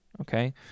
okay